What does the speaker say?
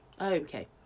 Okay